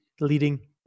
leading